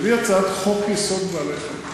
מביא הצעת חוק-יסוד: זכויות בעלי-החיים.